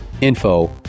info